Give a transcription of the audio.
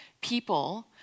people